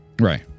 right